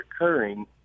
recurring